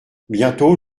bientôt